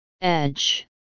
Edge